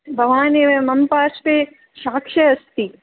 भवानेव मम पार्श्वे साक्षी अस्ति